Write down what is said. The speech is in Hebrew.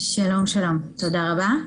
שלום שלום, תודה רבה.